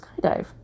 skydive